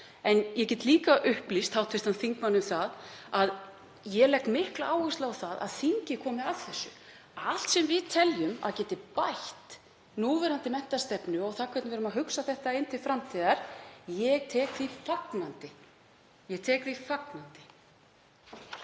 En ég get líka upplýst hv. þingmann um það að ég legg mikla áherslu á að þingið komi að þessu. Allt sem við teljum að geti bætt núverandi menntastefnu og það hvernig við erum að hugsa þetta inn til framtíðar, ég tek því fagnandi. Ég tek því fagnandi.